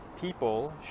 people